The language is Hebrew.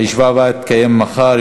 הישיבה הבאה תתקיים מחר,